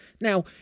Now